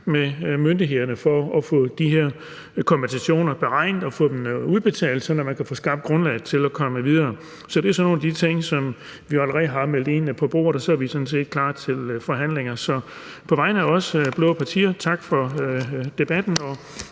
til myndighederne i forbindelse med at få beregnet og udbetalt kompensationen, sådan at de kan få skabt grundlaget for at komme videre. Så det er sådan nogle af de ting, som vi allerede har meldt ind at vi vil lægge på bordet, og så er vi sådan set klar til forhandlinger. Så på vegne af de blå partier: Tak for debatten.